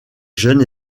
jeunes